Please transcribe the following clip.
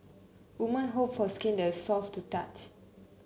woman hope for skin that is soft to touch